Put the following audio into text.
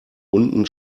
unten